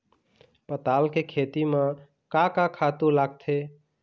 पताल के खेती म का का खातू लागथे?